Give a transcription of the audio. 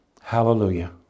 Hallelujah